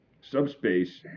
subspace